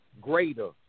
greater